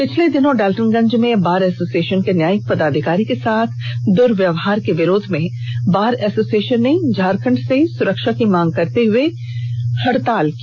पिछले दिनों डाल्टनगंज में बार एसोसिएषन के न्यायिक पदाधिकारी के साथ हुए दुर्व्यवहार के विरोध में झारखंड बार एसोसिएषन ने सरकार से सुरक्षा की मांग करते हुए हड़ताल किया